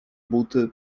buty